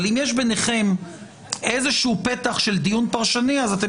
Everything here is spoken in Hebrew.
אבל אם יש ביניכם איזשהו פתח של דיון פרשני אתם